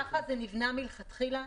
כך זה נבנה מלכתחילה.